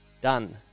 done